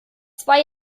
zwei